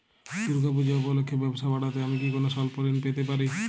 দূর্গা পূজা উপলক্ষে ব্যবসা বাড়াতে আমি কি কোনো স্বল্প ঋণ পেতে পারি?